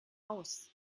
aus